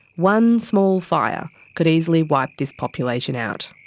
one small fire could easily wipe this population out.